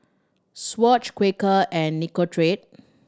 Swatch Quaker and Nicorette